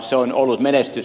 se on ollut menestys